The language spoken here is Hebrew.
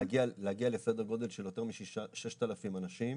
להגיע לסדר גודל של יותר מ-6,000 אנשים